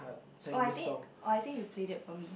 oh I think oh I think you played it for me